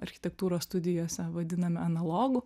architektūros studijose vadiname analogu